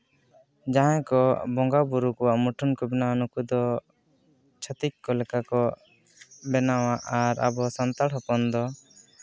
ᱡᱟᱦᱟᱸᱭ ᱠᱚ ᱵᱚᱸᱜᱟᱼᱵᱩᱨᱩ ᱠᱚᱣᱟᱜ ᱢᱩᱴᱷᱟᱹᱱ ᱠᱚ ᱵᱮᱱᱟᱣᱟ ᱱᱩᱠᱩ ᱫᱚ ᱪᱷᱟᱹᱛᱤᱠ ᱠᱚ ᱞᱮᱠᱟ ᱠᱚ ᱵᱮᱱᱟᱣᱟ ᱟᱨ ᱟᱵᱚ ᱥᱟᱱᱛᱟᱲ ᱦᱚᱯᱚᱱ ᱫᱚ